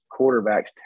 quarterbacks